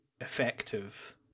effective